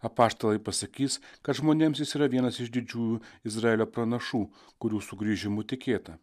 apaštalai pasakys kad žmonėms jis yra vienas iš didžiųjų izraelio pranašų kurių sugrįžimu tikėta